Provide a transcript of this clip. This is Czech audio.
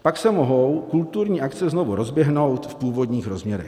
Pak se mohou kulturní akce znovu rozběhnout v původních rozměrech.